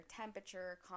temperature